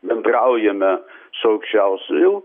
bendraujame su aukščiausiuoju